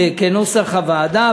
כנוסח הוועדה.